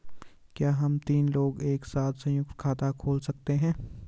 क्या हम तीन लोग एक साथ सयुंक्त खाता खोल सकते हैं?